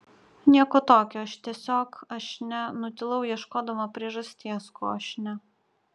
nieko tokio aš tiesiog aš ne nutilau ieškodama priežasties ko aš ne